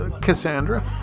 Cassandra